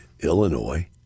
Illinois